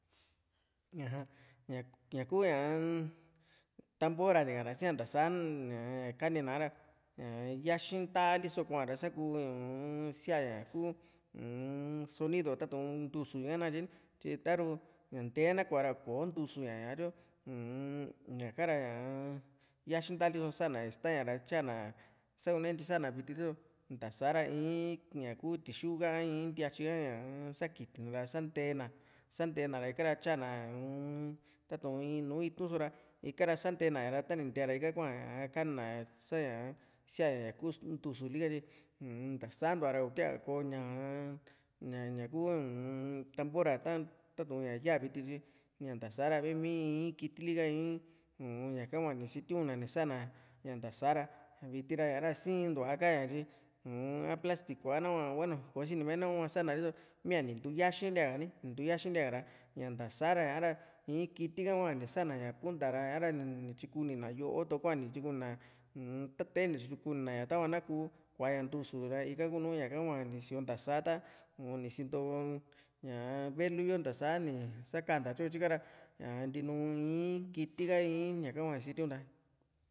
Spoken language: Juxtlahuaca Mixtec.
aja ñaku ña tambora ni ka´na siaa ntasa nnña kanina a´ra ññyaxi ntaali só koo´ra sakuu uu-n siaaña ñaku uun sonido tatu´nntusu ka nakatye ni tyin taru ña ntee nakuara kò´o ntusu ña ñaatyo uu-n ñaka ra ñaa yaxintali so sa´na ña istaña tyaana sakune intyi sa´na viti riso ntasa ra iin in ñaku tixu ka iin ntiatyi ka ñaa sakitina ra santee na santeena ra ika tyana uun tatu´n in nùù itu´n só ra ikara santeena ña ra ta ni ntee ra ika kuaa a kanina saña sia´ña ñaku ntusu li katye uu-n ntasa ntuara ntiaa kòó ñaka uum ña ñaku uun tambora ta tatu´n ña yaa vit tyi ñaa ntasa ra mii mii in kitili ka in ña kahua ni sitiuna ni sana ña ntasara viti ra siintua ka´ña uu-n a plastiko a nahua bueno kosini me nahua sa´na riso mia ni ntu yaxi ntiaaka ni ni ntuu xaintia kara ña ntaa saa´ra iin kiti ka hua ni sa´na ñakuu punta sa´ra ni tyikuni na yoo toko´a ni tyikuni na uun tatee ni tyikuni na ña tava na kuu kuaaña ntusu ra ika kuunu ñaka hua ni sioo ntasa ta ni sinto ñaa velu yo ntasa ni sakanta tyo tyika ra ñaa ntiinu iin kiti iin ñaka hua ni sitiuna